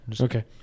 Okay